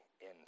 end